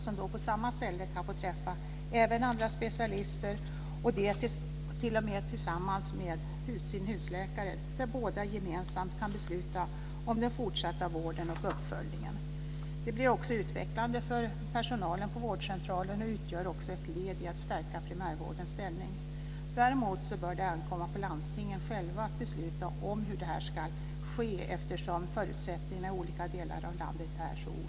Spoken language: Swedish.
Dessa kan då på samma ställe få träffa även andra specialister, och det t.o.m. tillsammans med sin husläkare, där båda gemensamt kan besluta om den fortsatta vården och uppföljningen. Det blir också utvecklande för personalen på vårdcentralen och utgör också ett led i att stärka primärvårdens ställning. Däremot bör det ankomma på landstingen själva att besluta om hur detta ska ske, eftersom förutsättningarna i olika delar av landet är så olika.